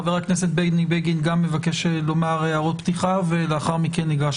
חבר הכנסת בני בגין, הערות פתיחה, בבקשה.